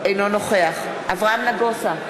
אינו נוכח אברהם נגוסה,